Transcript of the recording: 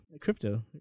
Crypto